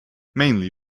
mainly